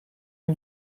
eût